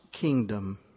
kingdom